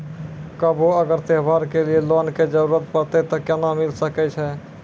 कभो अगर त्योहार के लिए लोन के जरूरत परतै तऽ केना मिल सकै छै?